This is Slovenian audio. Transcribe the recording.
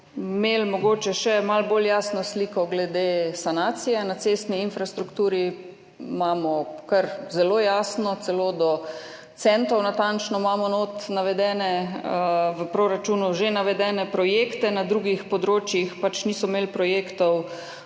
imeli mogoče še malo bolj jasno sliko glede sanacije na cestni infrastrukturi, imamo kar zelo jasno, celo do centov natančno imamo notri v proračunu že navedene projekte, na drugih področjih niso imeli projektov